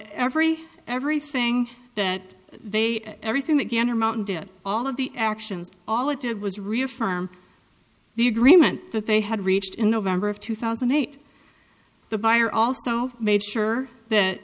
every everything that they everything that gander mountain did all of the actions all it did was reaffirm the agreement that they had reached in november of two thousand and eight the buyer also made sure that